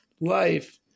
life